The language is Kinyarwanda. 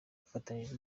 bafatanije